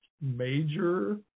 major